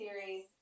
series